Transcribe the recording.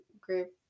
group